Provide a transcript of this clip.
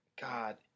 God